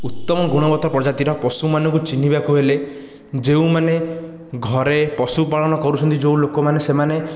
ଉତ୍ତମ ଗୁଣବତ୍ତା ପ୍ରଜାତିର ପଶୁମାନଙ୍କୁ ଚିହ୍ନିବାକୁ ହେଲେ ଯେଉଁ ମାନେ ଘରେ ପଶୁପାଳନ କରୁଛନ୍ତି ଯେଉଁ ଲୋକମାନେ ସେମାନେ